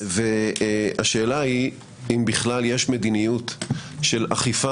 והשאלה היא אם בכלל יש מדיניות של אכיפה